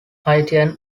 haitian